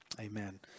amen